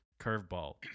curveball